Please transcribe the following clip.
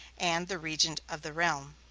and the regent of the realm.